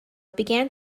began